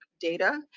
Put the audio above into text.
data